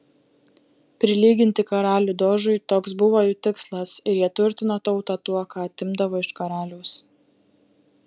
prilyginti karalių dožui toks buvo jų tikslas ir jie turtino tautą tuo ką atimdavo iš karaliaus